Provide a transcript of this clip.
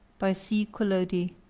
by c. collodi